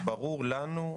ברור לנו,